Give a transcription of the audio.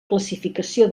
classificació